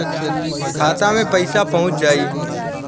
खाता मे पईसा पहुंच जाई